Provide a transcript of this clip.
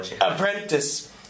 apprentice